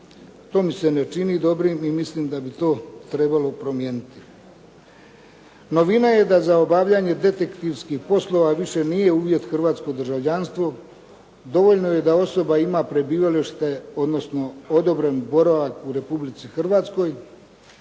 To mi se ne čini dobrim i mislim da bi to trebalo promijeniti. Novina je da za obavljanje detektivskih poslova više nije uvjet hrvatsko državljanstvo, dovoljno je da osoba ima prebivalište, odnosno odobren boravak u Republici Hrvatskoj,